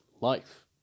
life